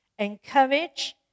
encourage